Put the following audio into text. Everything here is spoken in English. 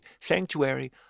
sanctuary